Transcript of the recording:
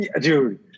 dude